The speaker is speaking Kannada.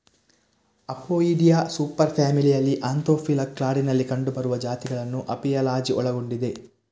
ಅಪೊಯಿಡಿಯಾ ಸೂಪರ್ ಫ್ಯಾಮಿಲಿಯಲ್ಲಿ ಆಂಥೋಫಿಲಾ ಕ್ಲಾಡಿನಲ್ಲಿ ಕಂಡುಬರುವ ಜಾತಿಗಳನ್ನು ಅಪಿಯಾಲಜಿ ಒಳಗೊಂಡಿದೆ